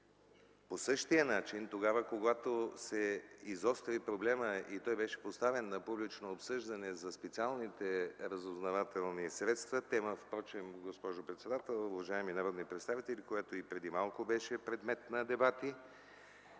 По същия начин тогава, когато се изостри проблемът и той беше поставен на публично обсъждане за специалните разузнавателни средства – тема, госпожо председател, уважаеми народни представители, която и преди малко беше предмет на дебати